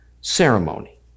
ceremony